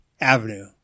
avenue